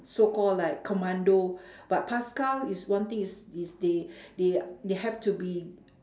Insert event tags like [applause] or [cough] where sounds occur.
so called like commando [breath] but paskal is one thing is is they [breath] they a~ they have to be